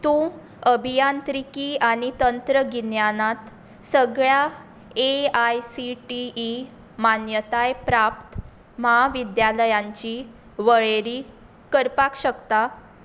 तूं अभियांत्रिकी आनी तंत्रगिन्यानांत सगळ्या A I C T E मान्यताय प्राप्त म्हाविद्यालयांची वळेरी करपाक शकता